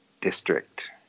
district